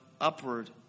upward